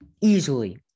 easily